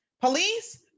Police